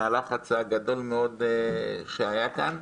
מהלחץ הגדול מאוד שהיה כאן.